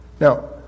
Now